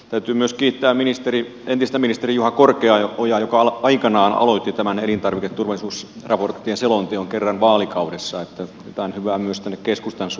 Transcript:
täytyy myös kiittää entistä ministeriä juha korkeaojaa joka aikanaan aloitti tämän elintarviketurvallisuusraporttien selonteon kerran vaalikaudessa että jotain hyvää myös tänne keskustankin suuntaan